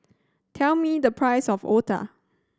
tell me the price of otah